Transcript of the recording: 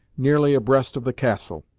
nearly abreast of the castle.